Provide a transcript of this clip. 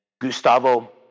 Gustavo